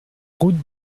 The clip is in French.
route